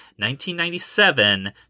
1997